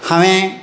हांवें